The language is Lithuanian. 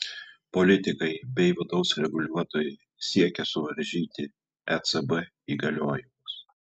politikai bei vidaus reguliuotojai siekia suvaržyti ecb įgaliojimus